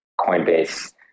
coinbase